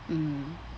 mm